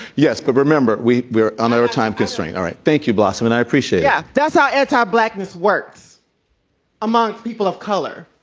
yes. but remember we're we're under a time constraint. all right thank you blossom and i appreciate yeah that. ah anytime. blackness works among people of color.